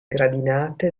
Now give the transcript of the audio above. gradinate